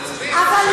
אז תצביעי בעד החוק.